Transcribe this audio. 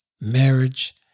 marriage